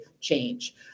change